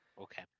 Okay